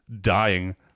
dying